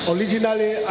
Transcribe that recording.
Originally